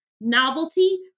novelty